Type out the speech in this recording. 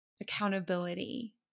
accountability